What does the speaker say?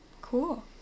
Cool